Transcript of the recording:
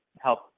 help